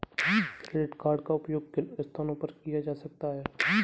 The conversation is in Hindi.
क्रेडिट कार्ड का उपयोग किन स्थानों पर किया जा सकता है?